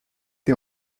des